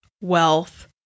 wealth